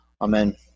Amen